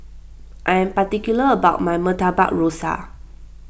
I am particular about my Murtabak Rusa